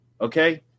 okay